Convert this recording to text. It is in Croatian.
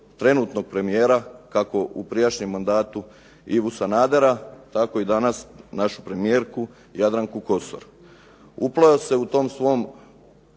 trenutnog premijera kako u prijašnjem mandatu Ivu Sanadera, tako i danas našu premijerku Jadranku Kosor. Upleo se u tom svom